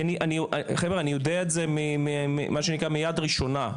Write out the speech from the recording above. כי חבר'ה, אני יודע את זה, מה שנקרא מיד ראשונה,